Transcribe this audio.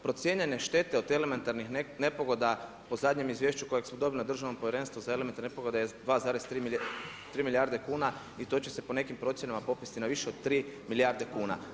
Procijenjene štete od elementarnih nepogoda u zadnjem izvješću kojeg smo dobili Državnom povjerenstvu, za elementarne nepogode, za 2,3 milijarde kuna i to će se po nekim procjenama popesti na više od 3 milijarde kuna.